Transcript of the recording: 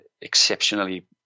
exceptionally